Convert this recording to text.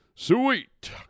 Sweet